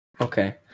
Okay